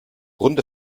runde